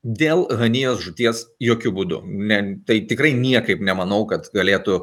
dėl hanijos žūties jokiu būdu ne tai tikrai niekaip nemanau kad galėtų